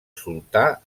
sultà